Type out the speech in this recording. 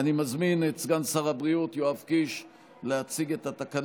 לפיכך הצעת חוק יישום תוכנית ההתנתקות